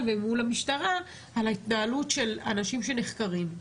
ומול המשטרה על ההתנהלות של אנשים שנחקרים,